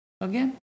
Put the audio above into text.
again